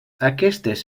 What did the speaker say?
aquestes